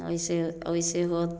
ओहिसेॅं ओहिसॅं होत